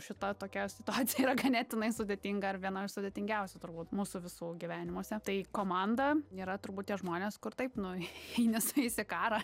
šita tokia situacija yra ganėtinai sudėtinga ir viena iš sudėtingiausių turbūt mūsų visų gyvenimuose tai komanda yra turbūt tie žmonės kur taip nu eini su jais į karą